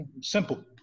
simple